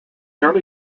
early